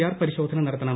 R പരിശോധന നടത്തണം